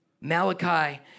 Malachi